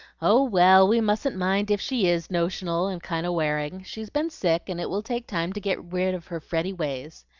oh, well, we mustn't mind if she is notional and kind of wearing she's been sick, and it will take time to get rid of her fretty ways.